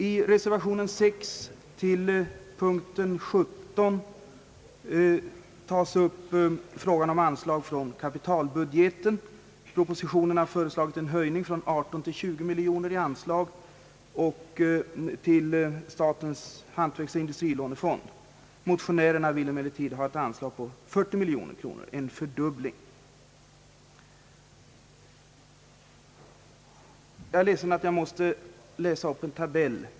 I reservation 6 till punkt 17 tas frågan om anslag på kapitalbudgeten upp. I propositionen föreslås en höjning från 18 till 20 miljoner kronor av anslaget till statens hantverksoch industrilånefond. Motionärerna vill emellertid ha ett anslag på 40 miljoner kronor, alltså dubbelt så mycket.